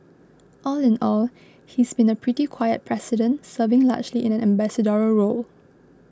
all in all he's been a pretty quiet president serving largely in an ambassadorial role